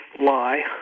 lie